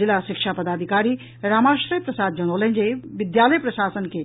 जिला शिक्षा पदाधिकारी रामाश्रय प्रसाद जनौलनि जे विद्यालय प्रशासन के